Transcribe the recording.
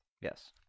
Yes